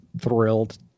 thrilled